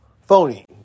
phony